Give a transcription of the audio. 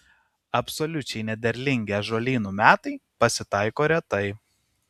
absoliučiai nederlingi ąžuolynų metai pasitaiko retai